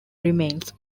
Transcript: remains